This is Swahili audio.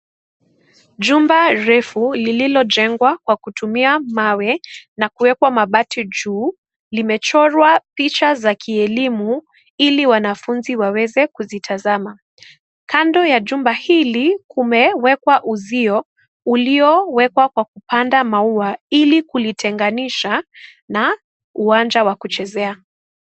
Jumba refu lililojengwa kwa kutumia mawe na kuwekwa mabati juu limechorwa picha za kielimu ili wanafunzi waweze kulitazama kando la jumba hili kumewekwa uzio uliowekwa kwa kupanda maua hili kulitenganisha na uwanja wa kulichezea.